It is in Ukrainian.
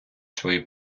свої